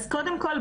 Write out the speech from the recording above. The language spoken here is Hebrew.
אז קודם כל,